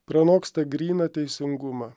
pranoksta gryną teisingumą